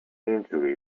injury